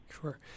Sure